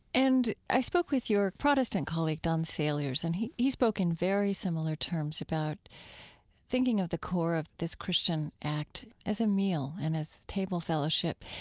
and i spoke with your protestant colleague, don saliers, and he he spoke in very similar terms about thinking of the core of this christian act as a meal and as table fellowship.